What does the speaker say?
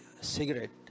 cigarette